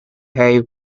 hay